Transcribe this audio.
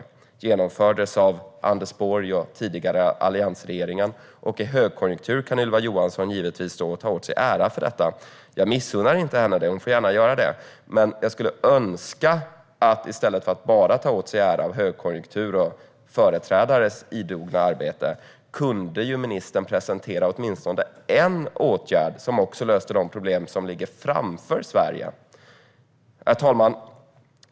Det genomfördes av Anders Borg och alliansregeringen. I högkonjunktur kan Ylva Johansson givetvis ta åt sig äran för detta. Jag missunnar henne det inte, men jag skulle önska att hon i stället för att ta åt sig äran av högkonjunkturen och av företrädares idoga arbete kunde presentera åtminstone en åtgärd som också löste de problem som ligger framför Sverige. Herr talman!